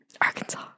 Arkansas